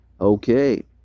Okay